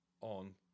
on